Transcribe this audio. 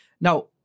now